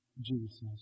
Jesus